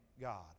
God